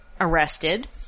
arrested